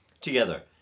Together